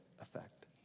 effect